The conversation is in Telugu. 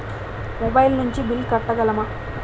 మొబైల్ నుంచి బిల్ కట్టగలమ?